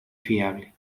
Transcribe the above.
fiable